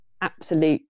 absolute